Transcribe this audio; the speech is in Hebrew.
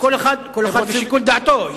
כל אחד ושיקול דעתו.